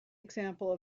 example